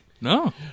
No